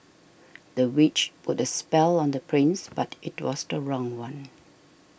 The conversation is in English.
the witch put a spell on the prince but it was the wrong one